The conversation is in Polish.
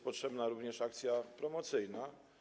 Potrzebna jest również akcja promocyjna.